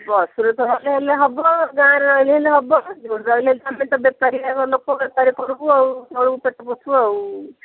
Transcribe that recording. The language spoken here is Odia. ରେ ତ ଗଲେ ହେବ ଗାଁରେ ରହିଲେ ହେବ ଯୋଉଠି ରହିଲେ ଆମେ ତ ବେପାରିଆ ଲୋକ ବେପାର କରିବୁ ଆଉ ଘରକୁ ପେଟ ପୋଷିବୁ ଆଉ